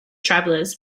travelers